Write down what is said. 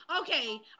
Okay